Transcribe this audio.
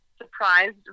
surprised